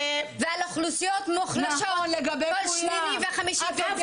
ועל אוכלוסיות מוחלשות כל שני וחמישי --- לא.